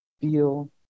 feel